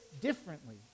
differently